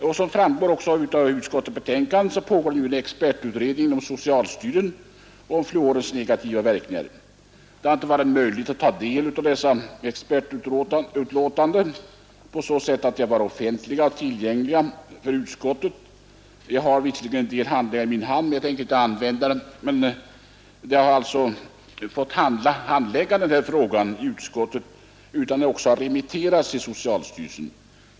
Som också framgår av utskottets betänkande pågår i socialstyrelsen en expertutredning om fluorens negativa verkningar. Det har inte varit möjligt att ta del av dessa expertuttalanden, eftersom de inte varit tillgängliga för utskottet. Jag har visserligen en del handlingar i min hand, men jag tänker inte använda dem. Utskottet har alltså fått handlägga denna fråga utan att den remitterats till socialstyrelsen.